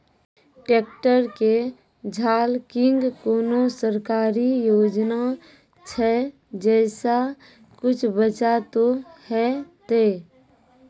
Tractor के झाल किंग कोनो सरकारी योजना छ जैसा कुछ बचा तो है ते?